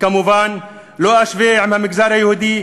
וכמובן לא אשווה עם המגזר היהודי,